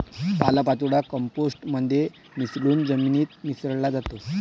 पालापाचोळा कंपोस्ट मध्ये मिसळून जमिनीत मिसळला जातो